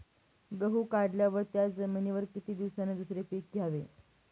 गहू काढल्यावर त्या जमिनीवर किती दिवसांनी दुसरे पीक घ्यावे?